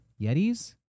Yetis